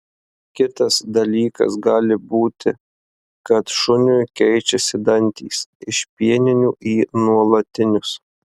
kitas dalykas gali būti kad šuniui keičiasi dantys iš pieninių į nuolatinius